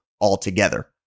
altogether